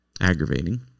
Aggravating